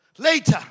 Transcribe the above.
Later